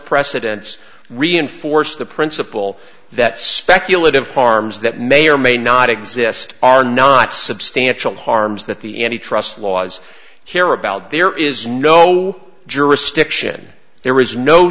precedents reinforced the principle that speculative farms that may or may not exist are not substantial harms that the any trust laws care about there is no jurisdiction there is no